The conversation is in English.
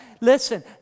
Listen